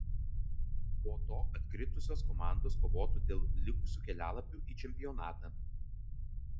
po to atkritusios komandos kovotų dėl likusių kelialapių į čempionatą